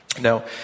now